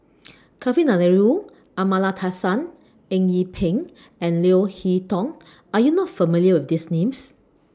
Kavignareru Amallathasan Eng Yee Peng and Leo Hee Tong Are YOU not familiar with These Names